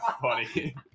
funny